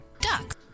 duck